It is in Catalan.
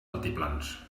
altiplans